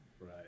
Right